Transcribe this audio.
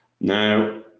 Now